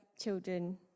children